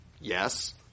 yes